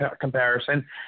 comparison